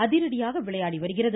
அதிரடியாக விளையாடி வருகிறது